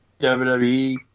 WWE